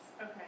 Okay